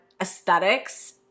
aesthetics